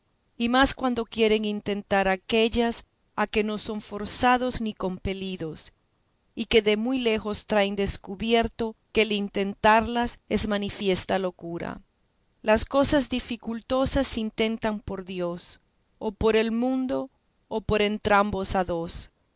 y más cuando quieren intentar aquellas a que no son forzados ni compelidos y que de muy lejos traen descubierto que el intentarlas es manifiesta locura las cosas dificultosas se intentan por dios o por el mundo o por entrambos a dos